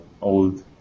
old